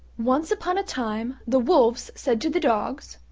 once upon a time the wolves said to the dogs,